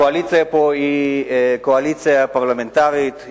הקואליציה פה היא קואליציה פרלמנטרית,